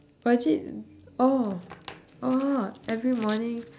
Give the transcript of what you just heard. was it oh orh every morning